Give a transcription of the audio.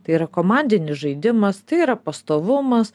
tai yra komandinis žaidimas tai yra pastovumas